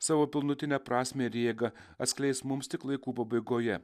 savo pilnutinę prasmę ir jėgą atskleis mums tik laikų pabaigoje